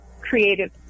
creative